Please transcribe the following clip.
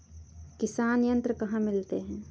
किसान यंत्र कहाँ मिलते हैं?